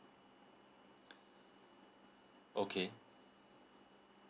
okay